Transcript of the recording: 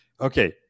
Okay